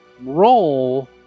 roll